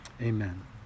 amen